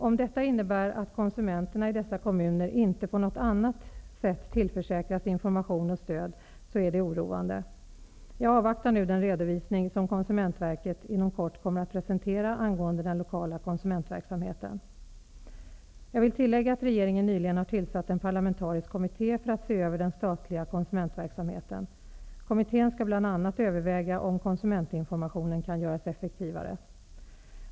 Om detta innebär att konsumenterna i dessa kommuner inte på något annat sätt tillförsäkras information och stöd är det oroande. Jag avvaktar nu den redovisning som Konsumentverket inom kort kommer att presentera angående den lokala konsumentverksamheten. Jag vill tillägga att regeringen nyligen har tillsatt en parlamentarisk kommitté för att se över den statliga konsumentverksamheten. Kommittén skall bl.a. överväga om konsumentinformationen kan göras effektivare.